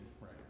right